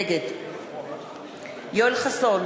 נגד יואל חסון,